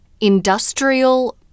Industrial